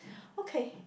okay